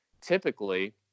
Typically